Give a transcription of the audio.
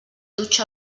dutxa